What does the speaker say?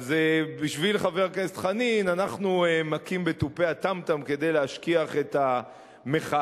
אז בשביל חבר הכנסת חנין אנחנו מכים בתופי הטם-טם כדי להשכיח את המחאה.